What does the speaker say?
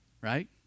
right